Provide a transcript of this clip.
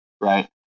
right